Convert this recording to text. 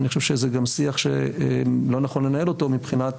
אני חושב שזה גם שיח שלא נכון לנהל אותו מבחינת